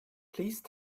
please